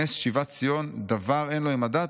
נס שיבת ציון ש'דבר אין לו עם הדת'"